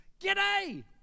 G'day